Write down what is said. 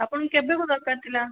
ଆପଣ କେବେକୁ ଦରକାର ଥିଲା